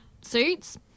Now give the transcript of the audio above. suits